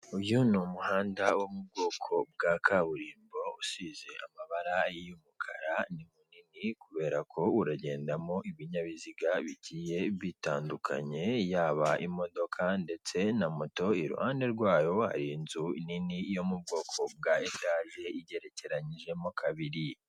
Uyu ni umuhanda wo mu bwoko bwa kaburimbo usize amabara y'umukara ni munini kubera ko uragendamo ibinyabiziga bigiye bitandukanye yaba imodoka ndetse na moto iruhande rwayo hari inzu nini yo mu bwoko bwa etaje isize amabara igerekeranyijemo kabiri.